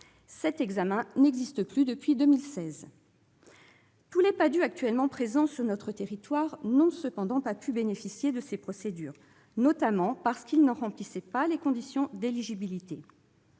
Cet examen n'existe plus depuis 2016. Tous les PADHUE actuellement présents sur notre territoire n'ont cependant pas pu bénéficier de ces procédures, notamment parce qu'ils n'en remplissaient pas les conditions d'éligibilité.